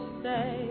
say